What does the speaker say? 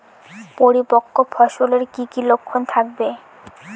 পরিপক্ক ফসলের কি কি লক্ষণ থাকবে?